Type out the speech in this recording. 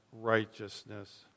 righteousness